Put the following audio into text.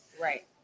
Right